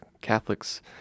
Catholics